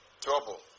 trouble